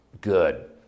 Good